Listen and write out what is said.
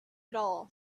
all